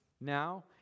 Now